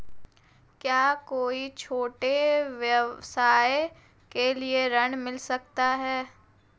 क्या कोई छोटे व्यवसाय के लिए ऋण मिल सकता है?